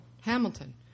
Hamilton